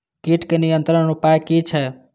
कीटके नियंत्रण उपाय कि छै?